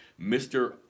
mr